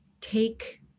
take